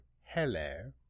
hello